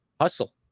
hustle